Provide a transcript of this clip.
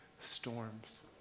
storms